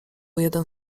jeden